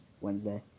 Wednesday